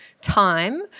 time